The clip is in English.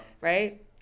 Right